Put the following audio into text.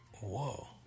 whoa